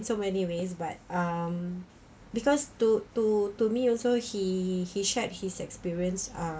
so many ways but um because to to to me also he he shared his experience um